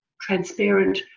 transparent